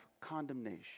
condemnation